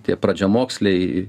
tie pradžiamoksliai